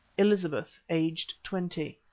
elizabeth, aged twenty.